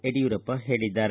ಯಡಿಯೂರಪ್ಪ ಹೇಳಿದ್ದಾರೆ